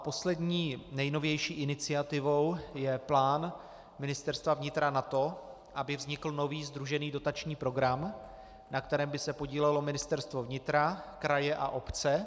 Poslední, nejnovější iniciativou je plán Ministerstva vnitra na to, aby vznikl nový sdružený dotační program, na kterém by se podílelo Ministerstvo vnitra, kraje a obce.